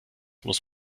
muss